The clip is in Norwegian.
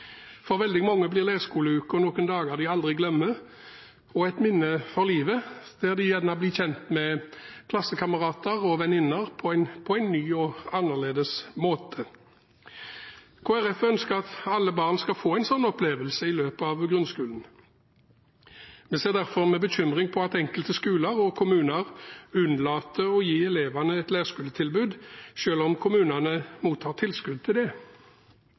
For veldig mange blir leirskoleuken noen dager de aldri glemmer og et minne for livet, der de gjerne blir kjent med klassekamerater og -venninner på en ny og annerledes måte. Kristelig Folkeparti ønsker at alle barn skal få en slik opplevelse i løpet av grunnskolen. Vi ser derfor med bekymring på at enkelte skoler og kommuner unnlater å gi elevene et leirskoletilbud, selv om kommunene mottar tilskudd til dette. For noen kommuner er dette et rent sparetiltak, men det